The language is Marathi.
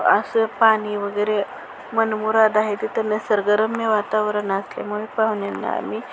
असं पाणी वगैरे मनमुराद आहे तिथे निसर्गरम्य वातावरण असल्यामुळे पाहुण्यांना आम्ही